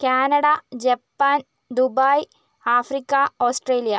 Canada Japan Dubai Africa Australia